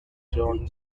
jon